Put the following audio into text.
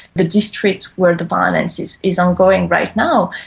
the districts where the violence is is ongoing right now,